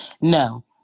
No